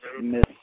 miss